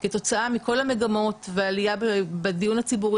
כתוצאה מכל המגמות והעלייה בדיון הציבורי,